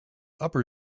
upper